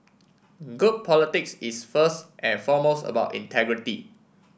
good politics is first and foremost about integrity